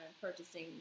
purchasing